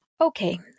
Okay